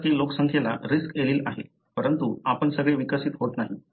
5 लोकसंख्येला risk allele आहे परंतु आपण सगळे विकसित होत नाही